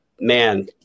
man